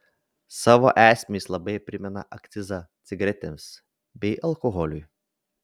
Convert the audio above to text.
savo esme jis labai primena akcizą cigaretėms bei alkoholiui